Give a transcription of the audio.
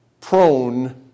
prone